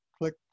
click